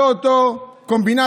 זה אותו קומבינטור.